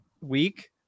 week